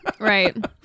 Right